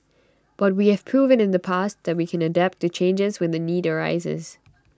but we have proven in the past that we can adapt to changes when the need arises